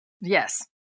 Yes